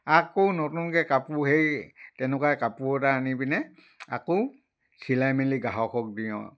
আকৌ নতুনকৈ কাপোৰ সেই তেনেকুৱাই কাপোৰ এটা আনি পিনে আকৌ চিলাই মেলি গ্ৰাহকক দিওঁ আৰু